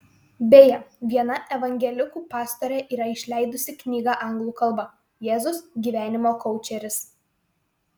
beje viena evangelikų pastorė yra išleidusi knygą anglų kalba jėzus gyvenimo koučeris